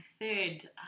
third